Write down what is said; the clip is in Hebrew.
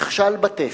נכשל בטסט.